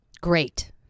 great